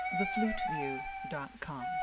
thefluteview.com